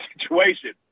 situation